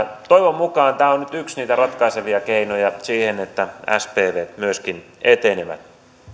toivon mukaan tämä on nyt yksi niitä ratkaisevia keinoja siihen että spvt myöskin etenevät